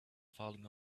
falling